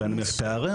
בין אם יש פערים.